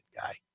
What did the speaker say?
guy